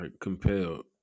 compelled